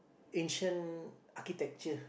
ancient architecture